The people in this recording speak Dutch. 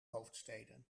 hoofdsteden